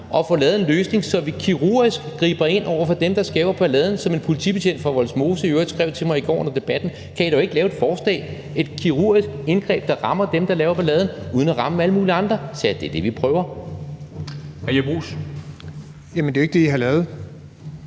og få lavet en løsning, så vi kirurgisk griber ind over for dem, der skaber balladen. Som en politibetjent fra Vollsmose i øvrigt skrev til mig i går under debatten: Kan I dog ikke lave et forslag, et kirurgisk indgreb, der rammer dem, der laver balladen, uden at ramme alle mulige andre? Jeg sagde, at det er det, vi prøver.